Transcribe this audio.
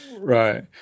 Right